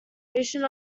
location